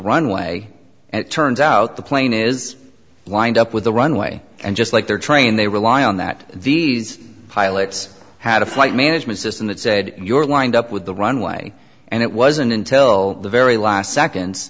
runway and it turns out the plane is wind up with the runway and just like their train they rely on that these pilots had a flight management system that said you're lined up with the runway and it wasn't until the very last seconds